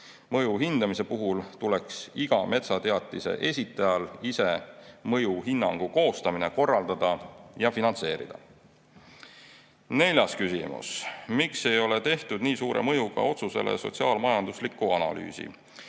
Mõju hindamise puhul tuleks iga metsateatise esitajal ise mõjuhinnangu koostamine korraldada ja finantseerida. Neljas küsimus: "Miks ei ole tehtud nii suure mõjuga otsusele sotsiaalmajanduslikku analüüsi?